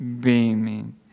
beaming